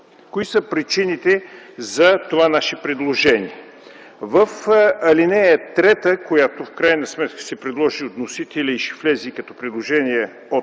Кои са причините за това наше предложение? В ал. 3, която в крайна сметка се предложи от вносителя и ще влезе и като предложение от